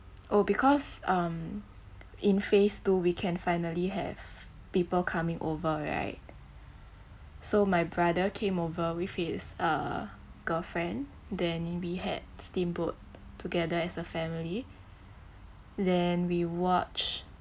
oh because um in phase two we can finally have people coming over right so my brother came over with his uh girlfriend then we had steamboat together as a family then we watch